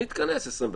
נתכנס 24,